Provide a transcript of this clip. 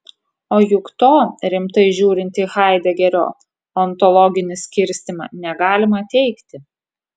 o juk to rimtai žiūrint į haidegerio ontologinį skirstymą negalima teigti